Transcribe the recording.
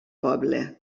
poble